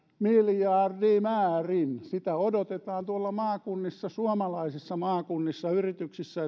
miljardimäärin sitä odotetaan tuolla maakunnissa suomalaisissa maakunnissa yrityksissä